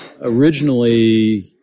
originally